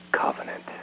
covenant